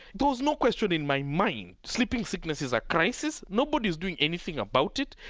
there was no question in my mind. sleeping sickness is a crisis. nobody's doing anything about it,